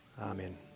Amen